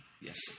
Yes